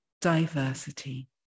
diversity